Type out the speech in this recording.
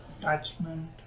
attachment